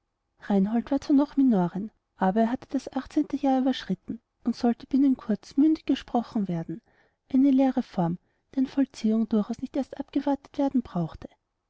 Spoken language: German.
reinhold war zwar noch minorenn aber er hatte das achtzehnte jahr überschritten und sollte binnen kurzem mündig gesprochen werden eine leere form deren vollziehung durchaus nicht erst abgewartet zu werden brauchte